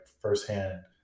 firsthand